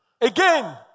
Again